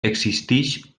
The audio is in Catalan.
existeix